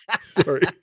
sorry